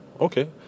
okay